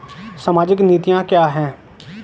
सामाजिक नीतियाँ क्या हैं?